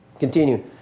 Continue